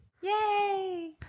yay